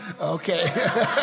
Okay